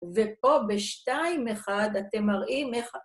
ופה בשתיים אחד אתם מראים איך...